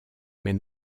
mais